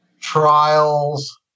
trials